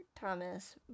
Thomas